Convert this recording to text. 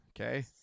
okay